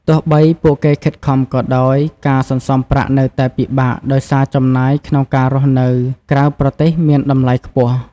ទោះបីពួកគេខិតខំក៏ដោយ ការសន្សំប្រាក់នៅតែពិបាកដោយសារចំណាយក្នុងការរស់នៅក្រៅប្រទេសមានតម្លៃខ្ពស់។